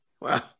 Wow